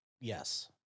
Yes